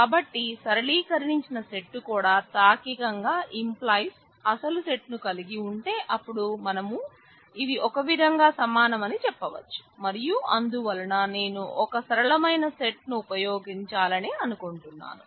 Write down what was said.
కాబట్టి సరళీకరించిన సెట్ కూడా తార్కికంగా → అసలు సెట్ ను కూడా కలిగి ఉంటే అప్పుడు మేము ఇవి ఒక విధంగా సమానమని చెప్పవచ్చు మరియు అందువలన నేను ఒక సరళమైన సెట్ ఉపయోగించాలని అనుకుంటున్నాను